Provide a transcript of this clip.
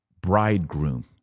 bridegroom